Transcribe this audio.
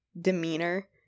demeanor